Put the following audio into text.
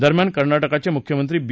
दरम्यान कर्नाटकाचे मुख्यनंत्री बी